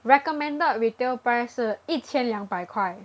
recommended retail price 是一千两百块